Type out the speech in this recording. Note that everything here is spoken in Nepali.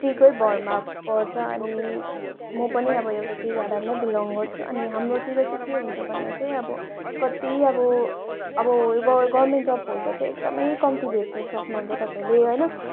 टीकै भरमा पर्छ अनि म पनि अब एउटा टी गार्डनमै बिलङ गर्छु नि अनि हाम्रोतिर चाहिँ के हुन्छ भन्दा चाहिँ अब कति अब अब गभर्मेन्ट जब होल्डर चाहिँ एकदमै कम्ती भेट्न सक्नुहुन्छ तपाईँले होइन